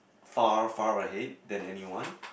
far far ahead than anyone